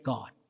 God